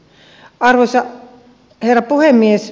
arvoisa herra puhemies